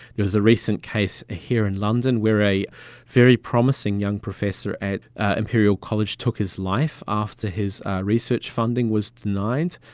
there was a recent case here in london where very promising young professor at imperial college took his life after his research funding was denied.